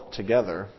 together